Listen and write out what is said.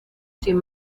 sin